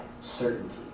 certainty